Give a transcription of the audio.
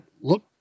look